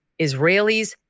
Israelis